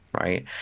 right